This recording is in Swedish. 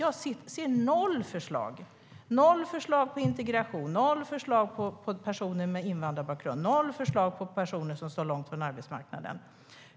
Jag ser noll förslag på integration eller noll förslag för personer med invandrarbakgrund. Det är noll förslag för personer som står långt från arbetsmarknaden.